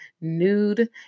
nude